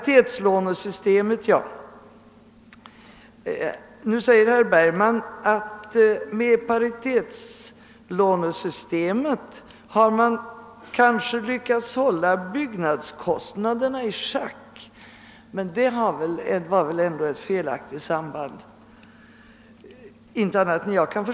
Herr Bergman menar att man med paritetslånesystemet nog har lyckats hålla byggnadskostnaderna i schack, men efter vad jag kan förstå är det ett felaktigt samband.